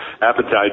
appetite